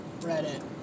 Reddit